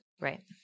Right